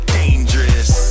dangerous